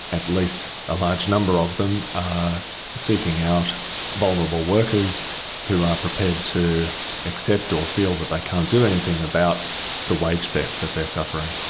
at least a large number of them, are seeking out vulnerable workers who are prepared to accept or feel that they can't do anything about the wage theft that they're suffering.